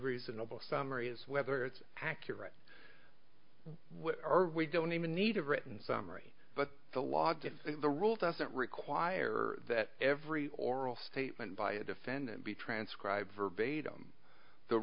reasonable summary is whether it's accurate what are we don't even need a written summary but the law does the rule doesn't require that every oral statement by a defendant be transcribed verbatim the